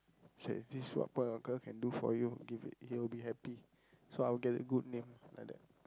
say this is what boy uncle can do for you give it he will be happy so I will get a good name like that